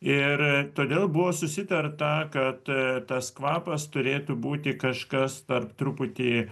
ir todėl buvo susitarta kad tas kvapas turėtų būti kažkas tarp truputį